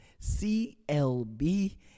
CLB